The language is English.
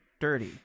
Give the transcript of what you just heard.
dirty